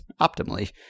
optimally